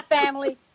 family